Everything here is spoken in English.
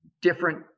different